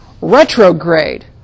retrograde